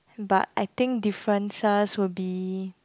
but I think differences will be